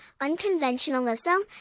unconventionalism